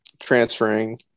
transferring